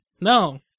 No